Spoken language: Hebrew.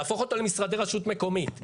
להפוך אותו למשרדי רשות מקומית.